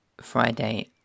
Friday